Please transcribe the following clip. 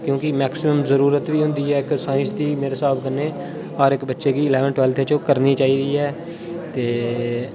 क्योंकि मैक्सिमम ज़रूरत बी होंदी ऐ इक साइंस दी मेरे स्हाब कन्नै हर इक बच्चे गी इलेवेंथ ट्वेल्थ च ओह् करनी चाहिदी ऐ ते